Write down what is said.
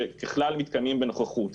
שככלל מתקיימים בנוכחות.